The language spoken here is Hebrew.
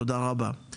תודה רבה.